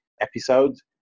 episodes